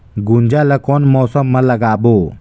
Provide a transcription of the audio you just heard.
गुनजा ला कोन मौसम मा लगाबो?